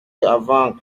avant